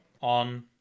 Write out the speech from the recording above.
on